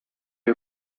you